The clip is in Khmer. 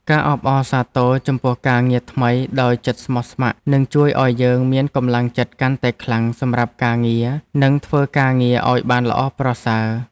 ការអបអរសាទរចំពោះការងារថ្មីដោយចិត្តស្មោះស្ម័គ្រនឹងជួយឱ្យយើងមានកម្លាំងចិត្តកាន់តែខ្លាំងសម្រាប់ការងារនិងធ្វើការងារឱ្យបានល្អប្រសើរ។